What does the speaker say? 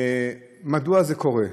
מדוע זה קורה?